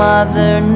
Mother